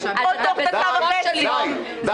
--- אני